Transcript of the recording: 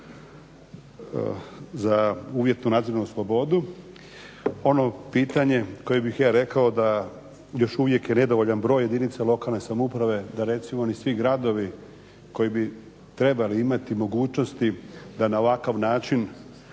za uvjetnu nadzornu slobodu. Ono pitanje koje bih ka rekao da još uvijek je nedovoljan broj jedinica lokalne samouprave da recimo ni svi gradovi koji bi trebali imati mogućnosti da na ovakav način